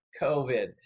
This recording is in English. COVID